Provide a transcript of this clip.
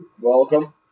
Welcome